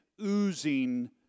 oozing